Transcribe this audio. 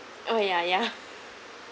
oh yeah yeah